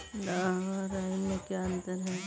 लाह व राई में क्या अंतर है?